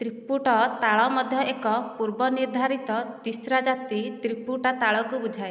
ତ୍ରିପୁଟ୍ ତାଳ ମଧ୍ୟ ଏକ ପୂର୍ବ ନିର୍ଦ୍ଧାରିତ ତିସ୍ରା ଜାତି ତ୍ରିପୁଟା ତାଳକୁ ବୁଝାଏ